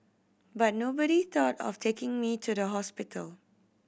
but nobody thought of taking me to the hospital